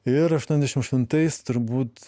ir aštuoniasdešim aštuntais turbūt